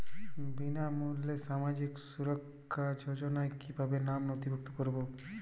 বিনামূল্যে সামাজিক সুরক্ষা যোজনায় কিভাবে নামে নথিভুক্ত করবো?